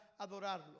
adorarlo